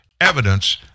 evidence